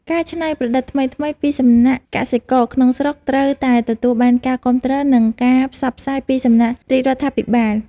ការច្នៃប្រឌិតថ្មីៗពីសំណាក់កសិករក្នុងស្រុកត្រូវតែទទួលបានការគាំទ្រ និងការផ្សព្វផ្សាយពីសំណាក់រាជរដ្ឋាភិបាល។